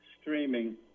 streaming